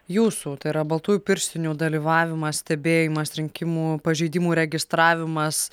jūsų tai yra baltųjų pirštinių dalyvavimas stebėjimas rinkimų pažeidimų registravimas